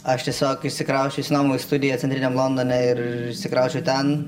aš tiesiog išsikrausčiau iš namų į studiją centriniam londone ir išsikrausčiau ten